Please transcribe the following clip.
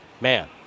man